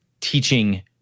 teaching